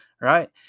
right